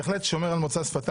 אז אני בהחלט שומר על מוצא שפתיי,